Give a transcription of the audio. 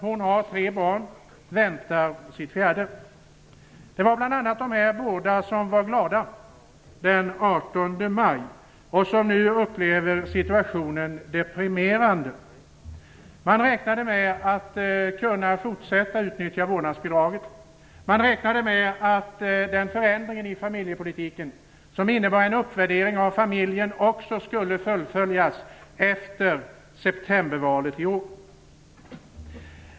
Hon har tre barn och väntar sitt fjärde. Bl.a. dessa båda var glada den 18 maj. Nu upplever de sin situation deprimerande. De räknade med att kunna fortsätta att utnyttja vårdnadsbidraget. De räknade med att den förändringen i familjepolitiken som innebar en uppvärdering av familjen också skulle fullföljas efter septembervalet i år.